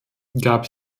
gab